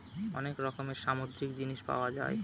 অনেক রকমের সামুদ্রিক জিনিস পাওয়া যায়